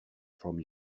from